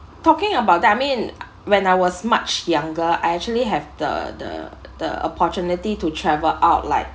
talking about that I mean when I was much younger I actually have the the the opportunity to travel out like